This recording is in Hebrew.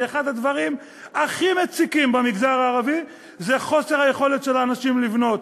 כי אחד הדברים הכי מציקים במגזר הערבי זה חוסר היכולת של האנשים לבנות.